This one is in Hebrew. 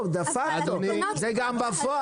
לא, דה-פקטו, זה גם בפועל.